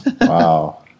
Wow